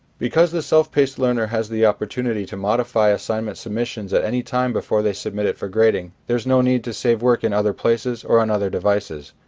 because the self-paced learner has the opportunity to modify assignment submissions at any time before they submit it for grading, there is no need to save work work in other places or on other devices.